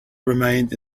remained